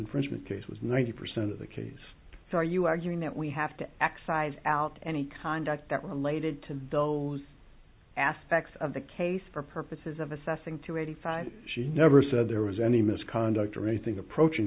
freshman case was ninety percent of the case so are you arguing that we have to excise out any conduct that related to those aspects of the case for purposes of assessing to eighty five she never said there was any misconduct or anything approaching